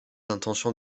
l’intention